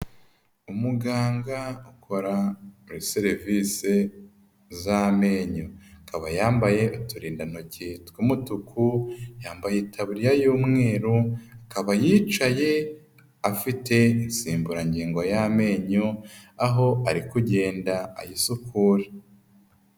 Umuganga ukora muri serivisi z'amenyo, akaba yambaye uturindantoke tw'umutuku, yambaye ikariya y'umweru, akaba yicaye afite insimburangingo y'amenyo aho ari kugenda ayisukura.